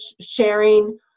sharing